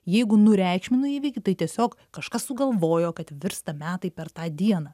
jeigu nureikšminu įvykį tai tiesiog kažkas sugalvojo kad virsta metai per tą dieną